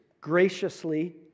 graciously